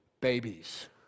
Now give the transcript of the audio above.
babies